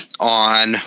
on